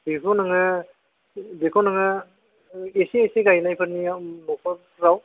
बेखौ नोङो बेखौ नोङो एसे एसे गायनायफोरनिआव न'खरफ्राव